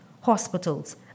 hospitals